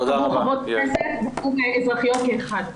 חברות כנסת או אזרחיות כאחת.